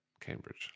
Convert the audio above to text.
Cambridge